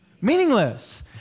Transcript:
Meaningless